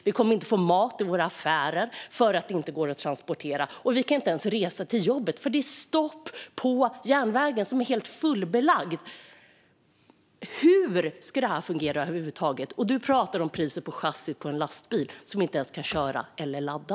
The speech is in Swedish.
Vi kommer inte att få mat i våra affärer, för det går inte att transportera. Vi kan inte ens resa till jobbet, för det är stopp på järnvägen som är helt fullbelagd. Hur ska det här fungera över huvud taget? Och Morell pratar om priset på chassit på en lastbil som inte ens går att köra eller ladda.